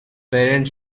parents